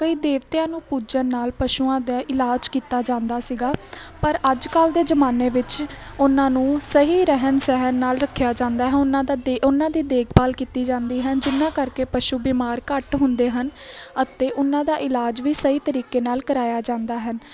ਕਈ ਦੇਵਤਿਆਂ ਨੂੰ ਪੂਜਣ ਨਾਲ ਪਸ਼ੂਆਂ ਦੇ ਇਲਾਜ ਕੀਤਾ ਜਾਂਦਾ ਸੀਗਾ ਪਰ ਅੱਜ ਕੱਲ ਦੇ ਜਮਾਨੇ ਵਿੱਚ ਉਹਨਾਂ ਨੂੰ ਸਹੀ ਰਹਿਣ ਸਹਿਣ ਨਾਲ ਰੱਖਿਆ ਜਾਂਦਾ ਹੈ ਉਹਨਾਂ ਦਾ ਉਹਨਾਂ ਦੇ ਦੇਖਭਾਲ ਕੀਤੀ ਜਾਂਦੀ ਹੈ ਜਿਨਾਂ ਕਰਕੇ ਪਸ਼ੂ ਬਿਮਾਰ ਘੱਟ ਹੁੰਦੇ ਹਨ ਅਤੇ ਉਹਨਾਂ ਦਾ ਇਲਾਜ ਵੀ ਸਹੀ ਤਰੀਕੇ ਨਾਲ ਕਰਾਇਆ ਜਾਂਦਾ ਹੈ